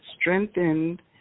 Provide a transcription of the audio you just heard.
strengthened